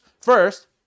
First